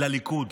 לליכוד,